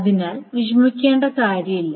അതിനാൽ വിഷമിക്കേണ്ട കാര്യമില്ല